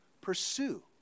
pursue